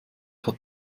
hat